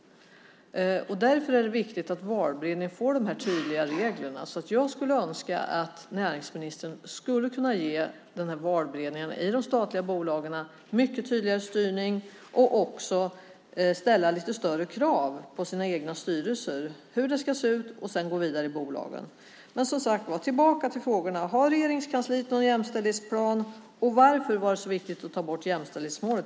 Därför är det viktigt att valberedningarna får dessa tydliga regler. Jag skulle därför önska att näringsministern ger valberedningarna i de statliga bolagen mycket tydligare styrning och också ställer lite större krav på sina egna styrelser om hur det ska se ut och sedan gå vidare i bolagen. Mina frågor var alltså: Har Regeringskansliet någon jämställdhetsplan? Och varför var det så viktigt för regeringen att ta bort jämställdhetsmålet?